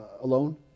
alone